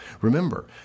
Remember